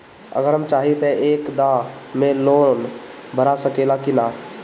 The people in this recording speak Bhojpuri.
अगर हम चाहि त एक दा मे लोन भरा सकले की ना?